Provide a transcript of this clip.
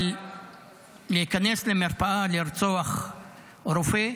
אבל להיכנס למרפאה ולרצוח רופא?